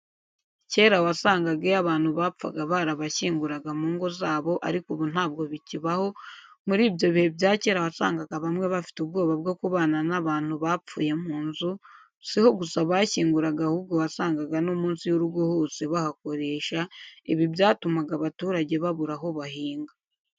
Kera wasangaga iyo abantu bapfaga barabashyinguraga mu ngo zabo ariko ubu ntabwo bikibaho, muri ibyo bihe bya kera wasangaga bamwe bafite ubwoba bwo kubana n'abantu bapfuye mu nzu, si ho gusa bashyinguraga ahubwo wasangaga no munsi y'urugo hose bahakoresha, ibi byatumaga abaturage babura aho bahinga.